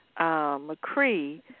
McCree